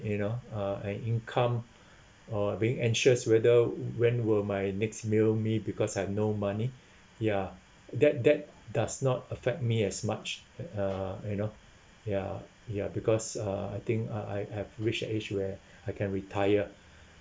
you know uh an income or being anxious whether when will my next meal be because I have no money ya that that does not affect me as much uh uh you know ya ya because uh I think uh I have reached age where I can retire